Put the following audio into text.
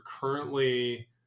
currently